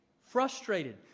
frustrated